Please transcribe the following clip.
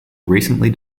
recently